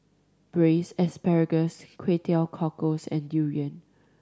Braised Asparagus Kway Teow Cockles and durian